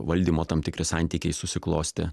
valdymo tam tikri santykiai susiklostę